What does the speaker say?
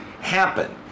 happen